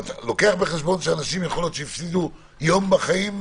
אבל אתה לוקח בחשבון שיכול להיות שאנשים יפסידו יום בחיים?